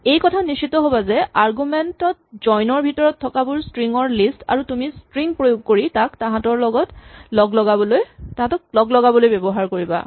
এটা কথা নিশ্চিত হ'বা যে আৰগুমেন্ট ত জইন ৰ ভিতৰত থকাবোৰ স্ট্ৰিং ৰ লিষ্ট আৰু তুমি স্ট্ৰিং প্ৰয়োগ কৰি তাক তাহাঁতক লগলগাবলৈ ব্যৱহাৰ কৰিবা